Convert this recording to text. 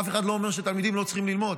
אף אחד לא אומר שתלמידים לא צריכים ללמוד.